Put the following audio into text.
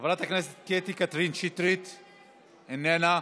חברת הכנסת קטי קטרין שטרית, איננה.